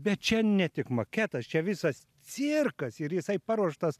bet čia ne tik maketas čia visas cirkas ir jisai paruoštas